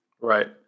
Right